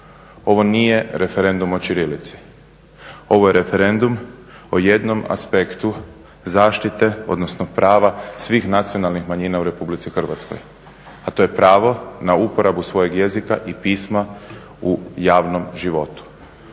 Ovo nije referendum o ćirilici, ovo je referendum o jednom aspektu zaštite odnosno prava svih nacionalnih manjina u RH, a to je pravo na uporabu svojeg jezika i pisma u javnom životu.